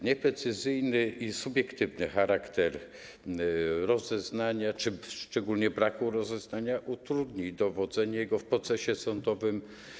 Nieprecyzyjny i subiektywny charakter rozeznania czy szczególnie braku rozeznania utrudni dowodzenie tego w procesie sądowym.